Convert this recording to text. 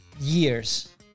years